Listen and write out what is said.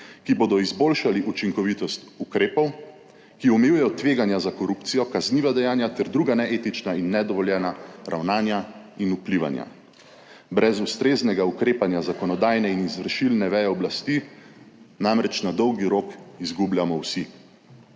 ki bodo izboljšali učinkovitost ukrepov, ki omejujejo tveganja za korupcijo, kazniva dejanja ter druga neetična in nedovoljena ravnanja in vplivanja brez ustreznega ukrepanja zakonodajne in izvršilne veje oblasti namreč na dolgi rok izgubljamo vsi.